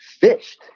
fished